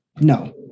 No